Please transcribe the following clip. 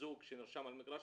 זוג שנרשם על מגרש,